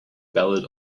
ballad